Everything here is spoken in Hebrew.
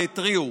והתריעו